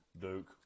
Duke